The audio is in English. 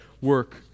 work